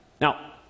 Now